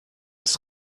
ist